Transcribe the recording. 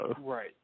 Right